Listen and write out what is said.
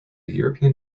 european